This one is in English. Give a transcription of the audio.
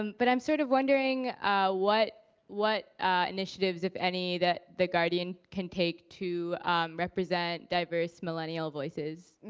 um but i'm sort of wondering what what initiatives, if any, that the guardian can take to represent diverse millennial voices?